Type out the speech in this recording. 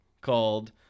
called